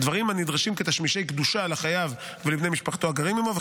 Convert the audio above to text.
דברים הדרושים כתשמישי קדושה לחייב ולבני משפחתו הגרים עימו,